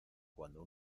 cuando